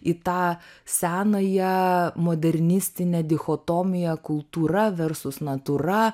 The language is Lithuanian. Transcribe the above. į tą senąją modernistinę dichotomiją kultūra versus natūra